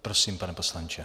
Prosím, pane poslanče.